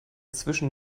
zwischen